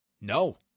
No